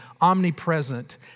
omnipresent